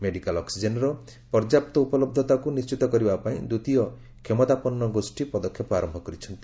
medical ଅକ୍ଟିଜେନର ପର୍ଯ୍ୟାପ୍ତ ଉପଲହ୍ଧତାକୁ ନିଶ୍ଚିତ କରିବା ପାଇଁ ଦ୍ୱିତୀୟ କ୍ଷମତାପନ୍ନ ଗୋଷୀ ପଦକ୍ଷେପ ଆରମ୍ଭ କରିଛନ୍ତି